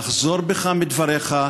לחזור בך מדבריך.